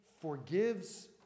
forgives